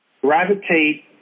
gravitate